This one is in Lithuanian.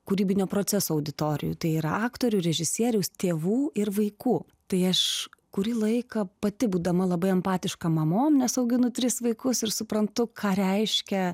kūrybinio proceso auditorijų tai ir aktorių režisierių tėvų ir vaikų tai aš kurį laiką pati būdama labai empatiška mamom nes auginu tris vaikus ir suprantu ką reiškia